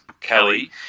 Kelly